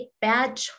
bad